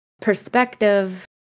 perspective